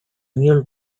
mule